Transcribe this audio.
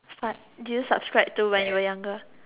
fad do you subscribe to when you were younger